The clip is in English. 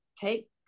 take